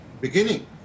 beginning